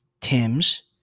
Tim's